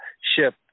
ship